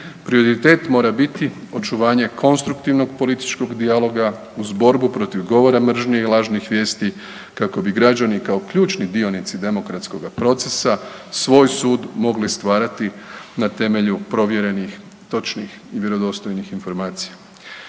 prioritet mora biti očuvanje konstruktivnog političkog dijaloga uz borbu protiv govora mržnje i lažnih vijesti kako bi građani kao ključni dionici demokratskoga procesa, svoj sud mogli stvarati na temelju provjerenih, točnih i vjerodostojnih informacija.